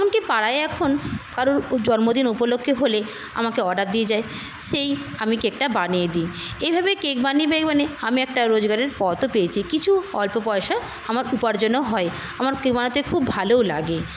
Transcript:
এমনকি পাড়ায় এখন কারুর জন্মদিন উপলক্ষে হলে আমাকে অর্ডার দিয়ে যায় সেই আমি কেকটা বানিয়ে দি এইভাবে কেক বানিয়ে বানিয়ে আমি একটা রোজগারের পথও পেয়েছি কিছু অল্প পয়সা আমার উপার্জনও হয় আমার কেক বানাতে খুব ভালোও লাগে